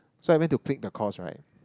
so I went to click the course right